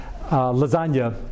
lasagna